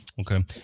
Okay